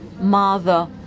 mother